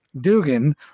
Dugan